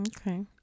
Okay